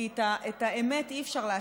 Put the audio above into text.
כי את האמת אי-אפשר להסתיר.